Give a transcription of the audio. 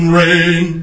rain